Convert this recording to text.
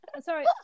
Sorry